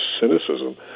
cynicism